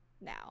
now